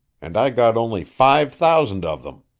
and i got only five thousand of them.